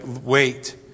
wait